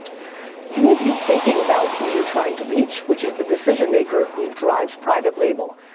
you need to be thinking about who you're trying to reach which is the decision maker who drives private label.